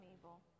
evil